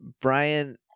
Brian